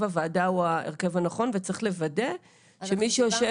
הוועדה הוא ההרכב הנכון וצריך לוודא שמי שיושב -- אנחנו